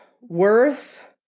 worth